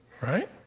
Right